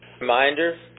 Reminder